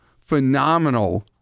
phenomenal